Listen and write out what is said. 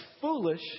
foolish